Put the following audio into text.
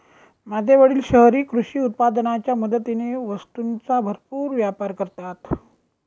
माझे वडील शहरी कृषी उत्पादनाच्या मदतीने वस्तूंचा भरपूर व्यापार करतात